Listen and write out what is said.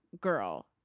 Girl